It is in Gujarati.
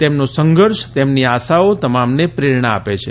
તેમનો સંઘર્ષ તેમની આશાઓ તમામને પ્રેરણા આપે છે